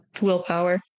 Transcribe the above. Willpower